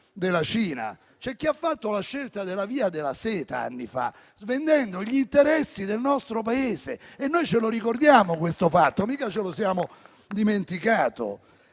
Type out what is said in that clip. anni fa ha fatto la scelta della via della seta, svendendo gli interessi del nostro Paese; noi ce lo ricordiamo questo fatto, non ce lo siamo dimenticato.